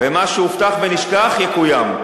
ומה שהובטח ונשכח, יקוים.